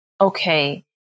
okay